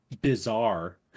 bizarre